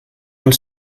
als